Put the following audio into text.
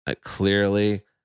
clearly